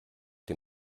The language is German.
dem